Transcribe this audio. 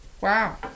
Wow